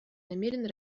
намерена